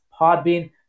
Podbean